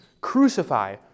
Crucify